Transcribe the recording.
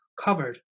covered